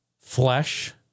flesh